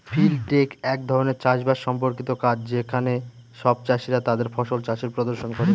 field day এক ধরনের চাষ বাস সম্পর্কিত কাজ যেখানে সব চাষীরা তাদের ফসল চাষের প্রদর্শন করে